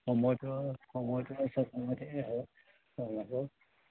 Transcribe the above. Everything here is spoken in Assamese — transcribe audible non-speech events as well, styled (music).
(unintelligible)